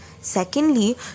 Secondly